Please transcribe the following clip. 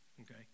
okay